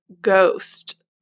Ghost